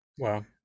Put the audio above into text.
Wow